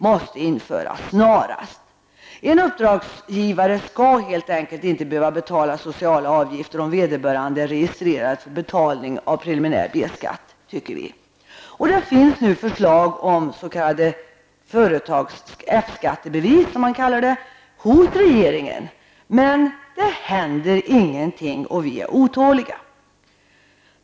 Vi menar att en uppdragsgivare helt enkelt inte skall behöva betala sociala avgifter om vederbörande är registrerad för betalning av preliminär B-skatt. Det finns nu förslag om s.k. F-skattebevis hos regeringen. Men ingenting händer. Vi är otåliga.